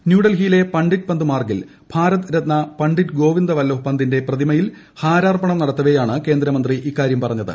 ന്യൂഡൽഹിയ്ടിലെ പ്ണ്ഡിറ്റ് പന്ത് മാർഗിൽ ഭാരത് രത്ന പണ്ഡിറ്റ് ഗോവിദ്ദ് വീല്ലഭ് പന്തിന്റെ പ്രതിമയിൽ ഹാരാർപ്പണം നടത്തവെയാണ് ക്രേന്ദ്രമന്ത്രി ഇക്കാര്യം പറഞ്ഞത്